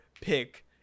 pick